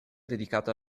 dedicato